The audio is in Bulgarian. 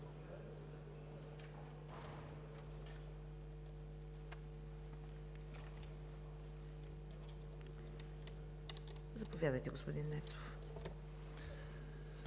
заповядайте, господин Нецов.